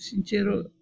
Sincero